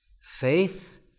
Faith